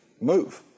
move